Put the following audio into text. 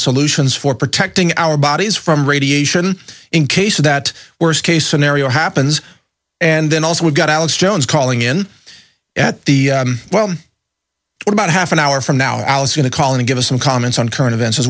solutions for protecting our bodies from radiation in case that worst case scenario happens and then also we've got alex jones calling in at the well at about half an hour from now alice going to call and give us some comments on current events as